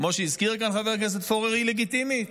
כמו שהזכיר כאן חבר הכנסת פורר, היא לגיטימית.